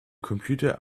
computer